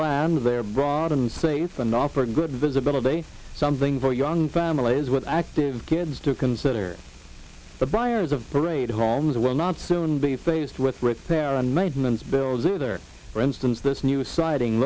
land they're broad and safe and offer good visibility something for young families with active kids to consider the briars of parade homes will not soon be faced with repair and maintenance bills either for instance this new siding